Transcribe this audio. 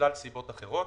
ושלל סיבות אחרות,